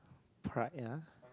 pride yes